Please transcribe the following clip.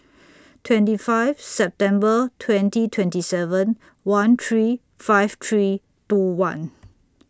twenty five September twenty twenty seven one three five three two one